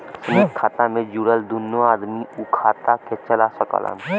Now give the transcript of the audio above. संयुक्त खाता मे जुड़ल दुन्नो आदमी उ खाता के चला सकलन